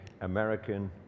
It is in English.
American